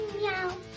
Meow